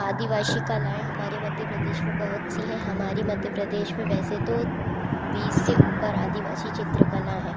आदिवासी कलाएं हमारे मध्य प्रदेश में बहुत सी है हमारी मध्य प्रदेश में वैसे तो बीस से ऊपर आदिवासी चित्रकला हैं